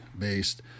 based